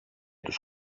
τους